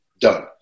done